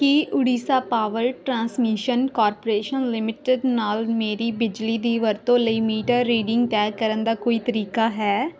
ਕੀ Odisha power transmission corporation limited ਨਾਲ ਮੇਰੀ ਬਿਜਲੀ ਦੀ ਵਰਤੋਂ ਲਈ ਮੀਟਰ ਰੀਡਿੰਗ ਤੈਅ ਕਰਨ ਦਾ ਕੋਈ ਤਰੀਕਾ ਹੈ